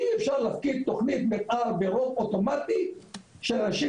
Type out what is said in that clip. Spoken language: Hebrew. אי אפשר להפקיד תכנית מתאר ברוב אוטומטי של אנשים